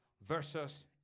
versus